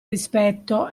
rispetto